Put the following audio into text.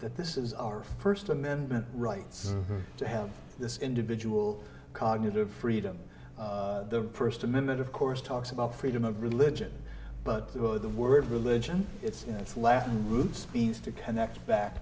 that this is our first amendment rights to have this individual cognitive freedom the first amendment of course talks about freedom of religion but the word religion it's flat roof speeds to connect back